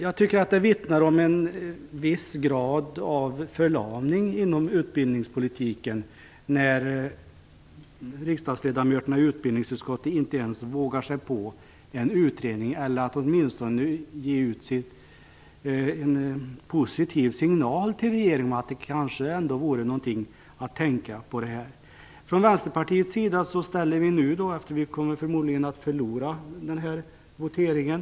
Jag tycker att det vittnar om en viss grad av förlamning inom utbildningspolitiken när riksdagsledamöterna i utbildningsutskottet inte ens vågar sig på en utredning eller åtminstone ge en positiv signal till regeringen att det kanske vore något att tänka på. Vi kommer förmodligen att förlora den här voteringen.